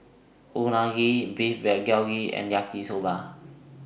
Unagi Beef Galbi and Yaki Soba